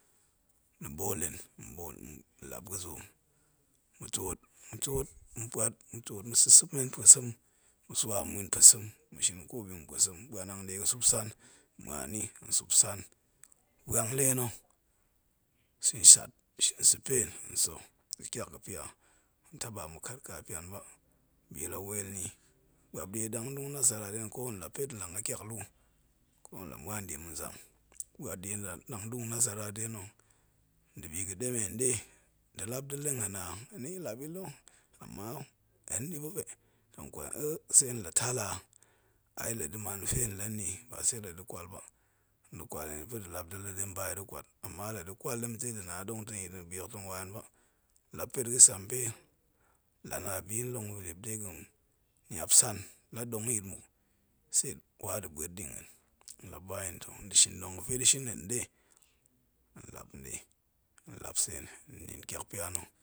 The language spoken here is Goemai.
Ni bol hen, hen lap ga̱zoom ma̱ tuot ma̱ puat ma̱ sa̱ sa̱men npuesem, ma̱ swa hamman npul sem ma̱ shin ko bima̱ npuesem buan hangga̱de ga̱ suksana, muanni da̱ suk san, biang le na̱, shin shat, shin sa̱ pen, hen sa̱ ga̱ tiak ga̱ pia, ma̱ taba ma̱ kat ka pian ba, bi la̱ well ni buab bi dangdung nasara dena̱, hen la̱ pet lang ga̱ tiak luu, ko hen la̱ muan diem nzam, lat, liak dangdung nasara de na̱ da̱bi a̱ demen nde, da̱ lap da̱ la̱a̱nhen a? Hen ni ya̱ lap ya̱ la̱ amma hen ni ba be, tong kwal yil e, sei hen la tal a? Ai da̱ man fe hen lanni ba sei la̱ da̱ kwal ba, tong kwal yin pa̱ da̱ lap da̱ la̱ de hen ba yi da̱ kwat ama la̱ da̱ kwal dentei da̱na dong ta̱ nyitna̱. La pet ga̱sampe la̱ na bi long vilip la̱ dong de ga̱ niap san dong nyit muk seet wa da̱ buet la ba yin tong da̱, dong ga̱fe da̱shin hen nen de hen lap sen hen na̱a̱n tiakpia na̱